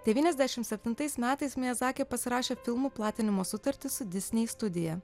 devyniasdešim septintais metais miazaki pasirašė filmų platinimo sutartį su disnei studija